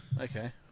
Okay